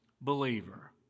believer